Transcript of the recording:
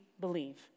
believe